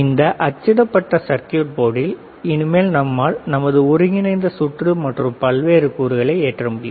இந்த அச்சிடப்பட்ட சர்க்யூட் போர்டில் இனிமேல் நம்மால் நமது ஒருங்கிணைந்த சுற்று மற்றும் பல்வேறு கூறுகளை ஏற்ற முடியும்